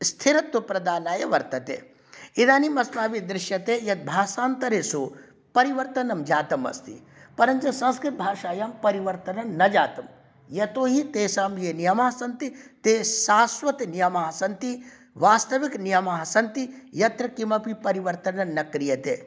स्थिरत्वप्रदानाय वर्तते इदानीं अस्माभिः दृश्यते यत् भाषान्तरेषु परिवर्तनं जातमस्ति परञ्च संस्कृतभाषायां परिवर्तनं न जातं यतोहि तेषां ये नियमाः सन्ति ते शाश्वतनियमाः सन्ति वास्तविकनियमाः सन्ति यत्र किमपि परिवर्तनन्न क्रियते